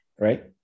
Right